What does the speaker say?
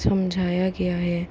समझाया गया है